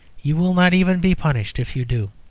you will not even be punished if you do.